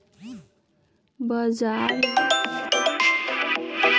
बजार जोखिम शेयर के मोल के बढ़े, ब्याज दर, एक्सचेंज रेट आउरो से जुड़ल हइ